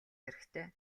хэрэгтэй